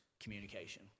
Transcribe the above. communication